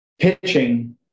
pitching